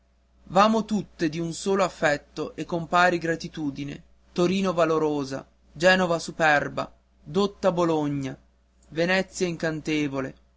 nome v'amo tutte di un solo affetto e con pari gratitudine torino valorosa genova superba dotta bologna venezia incantevole